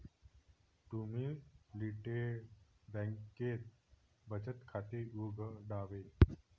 तुम्ही रिटेल बँकेत बचत खाते उघडावे